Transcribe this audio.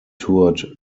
toured